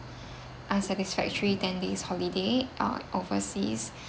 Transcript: unsatisfactory ten days holiday uh overseas